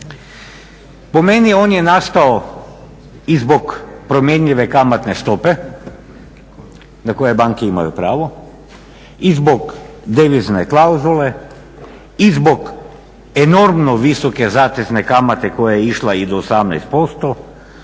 Po meni on je nastao i zbog promjenjive kamatne stope na koje banke imaju pravo i zbog devizne klauzule i zbog enormno visoke zatezne kamate koja je išla i do 18%